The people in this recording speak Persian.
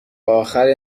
آخر